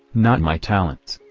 not my talents.